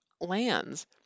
lands